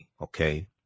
okay